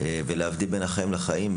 ולהבדיל בין החיים לחיים,